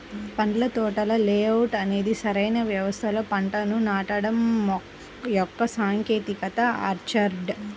పండ్ల తోటల లేఅవుట్ అనేది సరైన వ్యవస్థలో పంటలను నాటడం యొక్క సాంకేతికత ఆర్చర్డ్